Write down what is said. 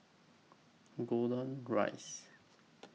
Golden Rise